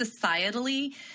societally